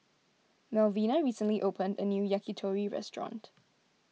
Malvina recently opened a new Yakitori restaurant